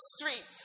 Street